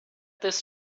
this